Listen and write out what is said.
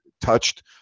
touched